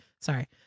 Sorry